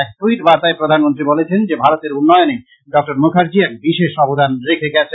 এক ট্যুইট বার্তায় প্রধানমন্ত্রী বলেছেন যে ভারতের উন্নয়নে ডক্টর মুখার্জী এক বিশেষ অবদান রেখে গেছেন